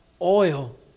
oil